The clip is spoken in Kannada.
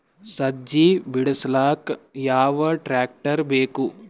ಸಜ್ಜಿ ಬಿಡಸಕ ಯಾವ್ ಟ್ರ್ಯಾಕ್ಟರ್ ಬೇಕು?